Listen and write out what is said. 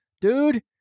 dude